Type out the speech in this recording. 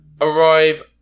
arrive